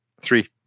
Three